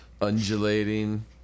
undulating